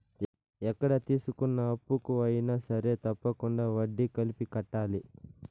ఎక్కడ తీసుకున్న అప్పుకు అయినా సరే తప్పకుండా వడ్డీ కలిపి కట్టాలి